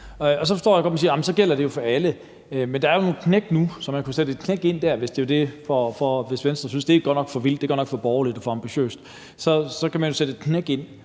Så forstår jeg godt, at man siger, at det jo gælder for alle, men der er jo nogle knæk nu, så man kunne sætte et knæk ind der, hvis Venstre synes, det godt nok er for vildt, at det godt nok er for borgerligt og for ambitiøst, og så kunne man altså sætte et knæk ind,